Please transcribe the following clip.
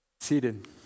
Seated